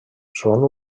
són